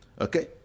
Okay